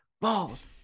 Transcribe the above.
balls